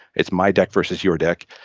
it's my deck versus your deck.